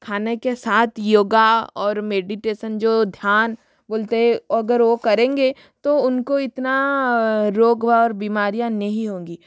खाने के साथ योग और मेडिटेसन जो ध्यान बोलते हैं अगर वो करेंगे तो उनको इतना रोग और बीमारियाँ नहीं होंगी